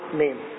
name